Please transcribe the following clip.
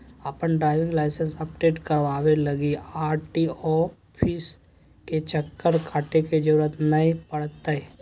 अपन driving license update कराबे लगी आर.टी.ओ ऑफिस के चक्कर काटे के जरूरत नै पड़तैय